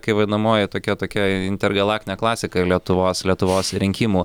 kai vadinamoji tokia tokia intergalaktinė klasika lietuvos lietuvos rinkimų